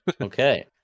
Okay